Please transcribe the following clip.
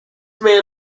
man